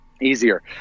easier